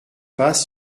passe